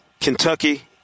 Kentucky